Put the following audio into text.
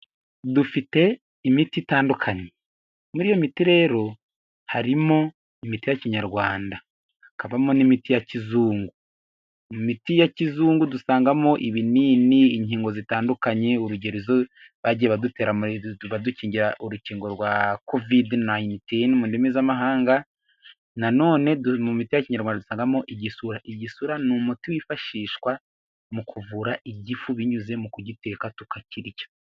Dufite imiti itandukanye. muri iyo mitirere harimo imiti ya kinyarwanda hakakabamo n'imiti ya kizungu. mu miti ya kizungu dusangamo: ibinini ,inkingo zitandukanye urugere iyo bagiye badutera ba dukingira urukingo rwa covide nayinitini mu ndimi zamahanga nanone mu miti ya kinyarwanda dusangamo igisura. igisura ni umuti wifashishwa mu kuvura igifu binyuze mu kugiteka tukakirirya.